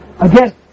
Again